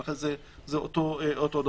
לכן, זה אותו דבר.